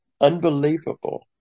Unbelievable